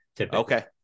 Okay